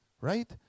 right